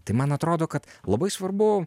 tai man atrodo kad labai svarbu